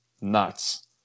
nuts